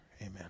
Amen